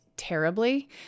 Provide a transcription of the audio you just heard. Terribly